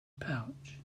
pouch